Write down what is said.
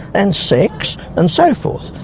and sex, and so forth.